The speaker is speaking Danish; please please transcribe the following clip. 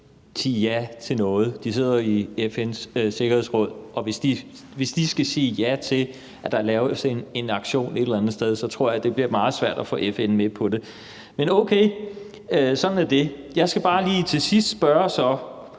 sige ja til noget. De sidder i FN's Sikkerhedsråd, og hvis de skal sige ja til, at der laves en aktion et eller andet sted, så tror jeg, det bliver meget svært at få FN med på det. Men okay, sådan er det. Jeg skal så bare lige til sidst spørge: